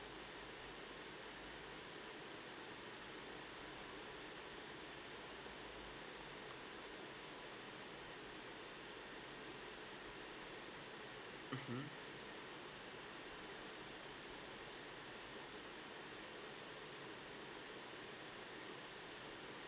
mmhmm